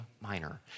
Minor